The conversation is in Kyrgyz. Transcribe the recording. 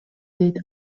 дейт